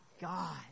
God